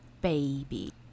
baby